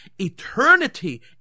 Eternity